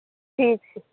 ठीक छै